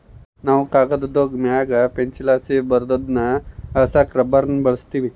ನಾವು ಕಾಗದುದ್ ಮ್ಯಾಗ ಪೆನ್ಸಿಲ್ಲಾಸಿ ಬರ್ದಿರೋದ್ನ ಅಳಿಸಾಕ ರಬ್ಬರ್ನ ಬಳುಸ್ತೀವಿ